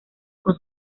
con